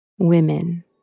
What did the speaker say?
Women